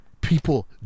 People